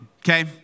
okay